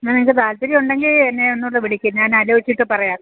എന്നാൽ നിങ്ങൾക്ക് താല്പര്യമുണ്ടെങ്കിൽ എന്നെ ഒന്നും കൂടെ വിളിക്ക് ഞാൻ ആലോചിച്ചിട്ട് പറയാം